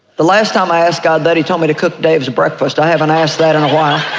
the last time i asked god that, he told me to cook dave some breakfast, i haven't asked that in a while.